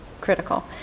critical